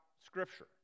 scripture